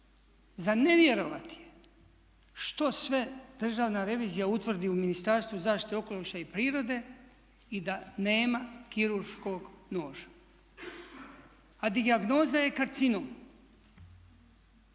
Za ne vjerovati je što sve Državna revizija utvrdi u Ministarstvu zaštite okoliša i prirode i da nema kirurškog noža, a dijagnoza je karcinom.